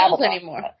anymore